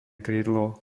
krídlo